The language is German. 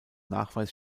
nachweis